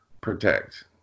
protect